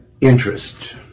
interest